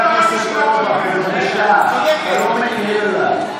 חבר הכנסת אורבך, בבקשה, אתה לא מקל עליי.